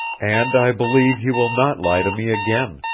and i believe you will not lie to me again,